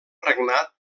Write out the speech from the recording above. regnat